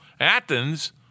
Athens